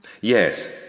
Yes